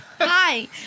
Hi